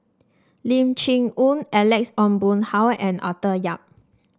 Lim Chee Onn Alex Ong Boon Hau and Arthur Yap